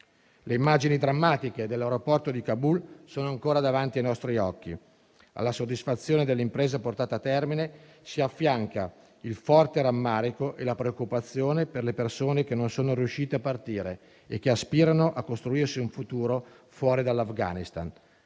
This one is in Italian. Le immagini drammatiche dell'aeroporto di Kabul sono ancora davanti ai nostri occhi. Alla soddisfazione dell'impresa portata a termine si affiancano il forte rammarico e la preoccupazione per le persone che non sono riuscite a partire e che aspirano a costruirsi un futuro fuori dall'Afghanistan;